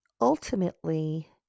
ultimately